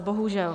Bohužel.